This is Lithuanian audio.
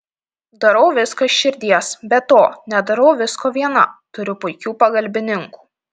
darau viską iš širdies be to nedarau visko viena turiu puikių pagalbininkų